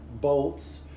bolts